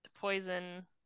poison